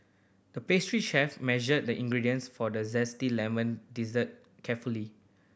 the pastry chef measured the ingredients for the zesty lemon dessert carefully